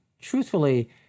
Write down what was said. truthfully